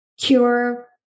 cure